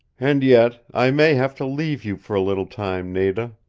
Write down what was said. and yet i may have to leave you for a little time, nada.